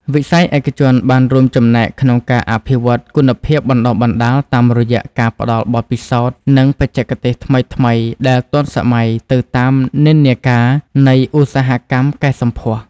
វិស័យឯកជនបានរួមចំណែកក្នុងការអភិវឌ្ឍគុណភាពបណ្តុះបណ្តាលតាមរយៈការផ្តល់បទពិសោធន៍ និងបច្ចេកទេសថ្មីៗដែលទាន់សម័យទៅតាមនិន្នាការនៃឧស្សាហកម្មកែសម្ផស្ស។